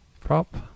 prop